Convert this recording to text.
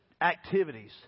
activities